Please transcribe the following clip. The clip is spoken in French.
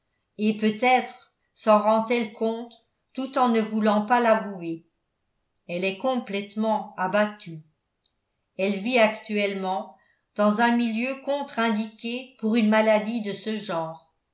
et peut-être s'en rend elle compte tout en ne voulant pas l'avouer elle est complètement abattue elle vit actuellement dans un milieu contre indiqué pour une maladie de ce genre